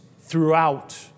throughout